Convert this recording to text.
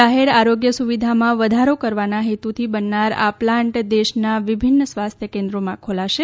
જાહેર આરોગ્ય સુવિધામાં વધારો કરવાના હેતુથી બનનાર આ પ્લાન્ટ દેશના વિભિન્ન સ્વાસ્થ્ય કેન્દ્રોમાં ખોલાશે